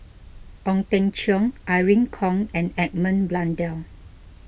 Ong Teng Cheong Irene Khong and Edmund Blundell